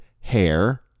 hair